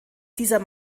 dieser